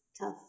tough